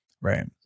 right